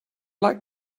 like